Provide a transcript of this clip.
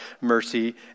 mercy